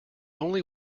only